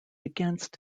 against